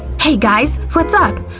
hey guys, what's up?